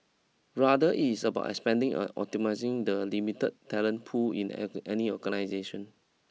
rather it is about expanding and optimising the limited talent pool in egg any organisation